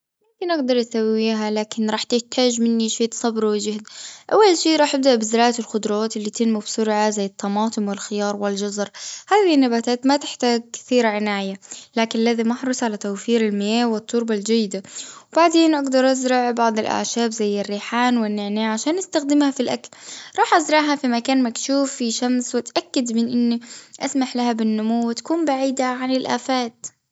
ممكن أقدر أسويها لكن راح تحتاج مني شوية صبر وجهد. أول شي راح نبدأ بزراعة الخضروات اللي تنمو بسرعة زي الطماطم والخيار والجزر. هذي النباتات ما تحتاج كثير عناية. لكن لازم أحرص على توفير المياة والتربة الجيدة. بعدين أقدر أزرع بعض الأعشاب زي الريحان والنعناع عشان أستخدمها في الأكل. راح أزرعها في مكان مكشوف فيه شمس وأتأكد من أنه أسمح لها بالنمو وتكون بعيدة عن الآفات.